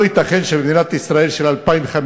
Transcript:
לא ייתכן שבמדינת ישראל של 2015,